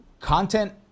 Content